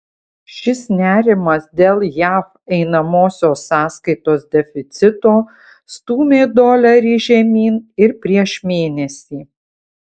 šis nerimas dėl jav einamosios sąskaitos deficito stūmė dolerį žemyn ir prieš mėnesį